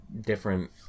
different